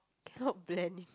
cannot blend